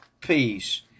Peace